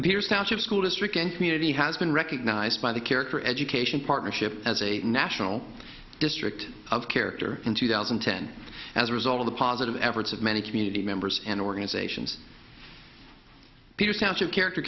appears out of school district and community has been recognized by the character education partnership as a national district of character in two thousand and ten as a result of the positive efforts of many community members and organizations peters township character